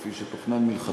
כפי שתוכנן מלכתחילה,